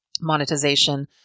monetization